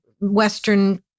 western